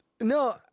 no